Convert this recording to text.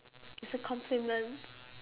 it's a compliment